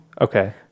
Okay